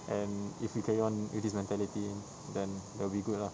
and if we carry on with this mentality then it will be good lah